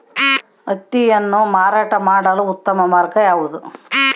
ಹತ್ತಿಯನ್ನು ಮಾರಾಟ ಮಾಡಲು ಉತ್ತಮ ಮಾರ್ಗ ಯಾವುದು?